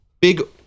big